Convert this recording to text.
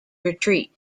retreat